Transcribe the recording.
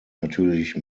natürlich